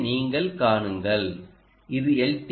இதை நீங்கள் காணுங்கள் இது எல்